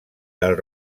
del